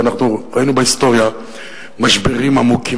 ואנחנו ראינו בהיסטוריה משברים עמוקים